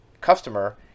customer